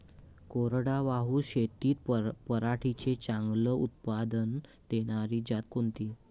कोरडवाहू शेतीत पराटीचं चांगलं उत्पादन देनारी जात कोनची?